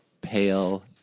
pale